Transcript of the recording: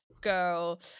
girl